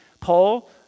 Paul